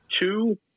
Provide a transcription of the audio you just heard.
two